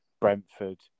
Brentford